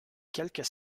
quelques